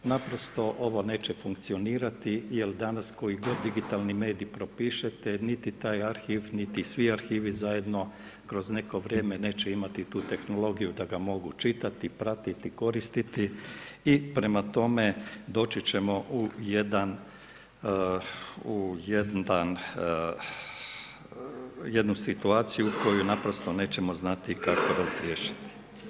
Naprosto ovo neće funkcionirati jer danas koji god digitalni medij propišete niti taj arhiv niti svi arhivi zajedno kroz neko vrijeme neće imati tu tehnologiju da ga mogu čitati, pratiti, koristiti i prema tome doći ćemo u jednu situaciju u kojoj naprosto nećemo kako razriješiti.